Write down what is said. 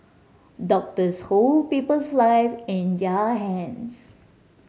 doctors hold people's live in their hands